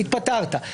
התפטרת,